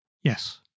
Yes